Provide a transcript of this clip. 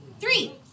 three